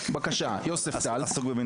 בבקשה, יוספטל -- אתה עסוק במינויים.